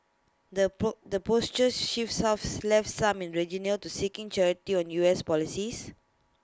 the the posture shifts have left some in region near to seeking clarity on U S policies